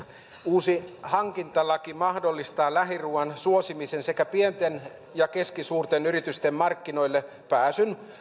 uusi hankintalaki mahdollistaa lähiruoan suosimisen sekä pienten ja keskisuurten yritysten markkinoillepääsyn